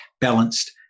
balanced